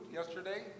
yesterday